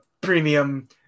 premium